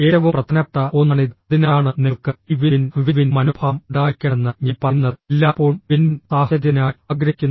ഏറ്റവും പ്രധാനപ്പെട്ട ഒന്നാണിത് അതിനാലാണ് നിങ്ങൾക്ക് ഈ വിൻ വിൻ മനോഭാവം ഉണ്ടായിരിക്കണമെന്ന് ഞാൻ പറയുന്നത് എല്ലായ്പ്പോഴും വിൻ വിൻ സാഹചര്യത്തിനായി ആഗ്രഹിക്കുന്നു